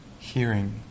Hearing